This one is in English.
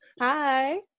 Hi